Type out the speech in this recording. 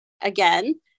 again